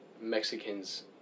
Mexicans